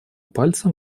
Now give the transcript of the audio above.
пальцем